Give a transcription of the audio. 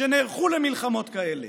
כשנערכו למלחמות כאלה.